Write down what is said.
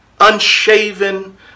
unshaven